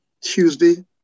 Tuesday